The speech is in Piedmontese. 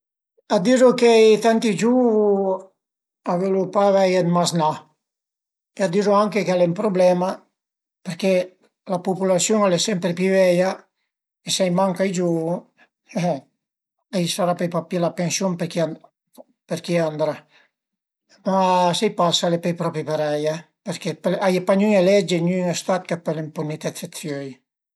A dizu che tanti giuvu a völu pa avei dë maznà e a dizu anche ch'al e ün prublema perché la pupulasiun al e sempre pi veia e se a i manca i giuvu a i sarà pöi pa pi la pensiun për chi andrà, ma sai pa s'al e pöi propi parei, perché a ie pa gnüne leggi ën gnün stat ch'a të pöl ëmpunite dë fe dë fiöi